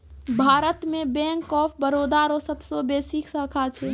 भारत मे bank of Baroda रो सबसे बेसी शाखा छै